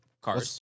cars